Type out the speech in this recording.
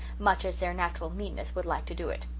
much as their natural meanness would like to do it.